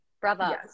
Bravo